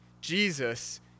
Jesus